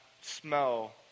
smell